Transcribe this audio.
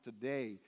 today